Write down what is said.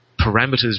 parameters